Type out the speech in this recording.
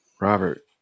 Robert